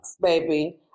baby